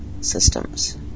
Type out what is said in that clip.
systems